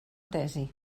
tesi